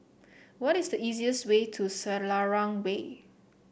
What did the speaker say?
what is the easiest way to Selarang Way